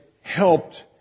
helped